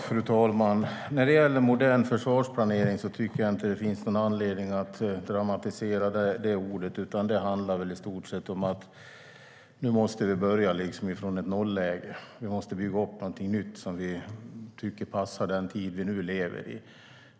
Fru talman! När det gäller modern försvarsplanering tycker jag inte att det finns någon anledning att dramatisera de orden, utan det handlar i stort sett om att vi nu måste börja från ett nolläge. Vi måste bygga upp något nytt som vi tycker passar den tid vi nu lever i.